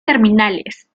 terminales